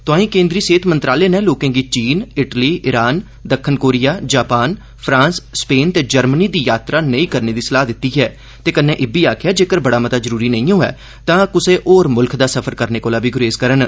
तोआई केन्द्री सेहत मंत्रालय नै लोकें गी चीन इटली इरान दक्खन कोरिया जापान फ्रांस स्पेन ते जर्मनी दी यात्रा नेई करने दी सलाह दिती ऐ ते कन्नै इब्बी आक्खेआ ऐ जेकर बड़ा मता जरूरी नेई होए तां क्सै होर मूल्खै दा सफर करने कोला बी गुरेज करन